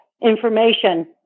information